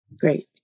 Great